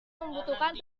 membutuhkan